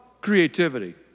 creativity